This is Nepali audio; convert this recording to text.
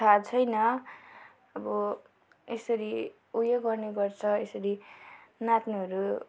थाह छैन अब यसरी उयो गर्ने गर्छ यसरी नाच्नेहरू